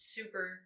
Super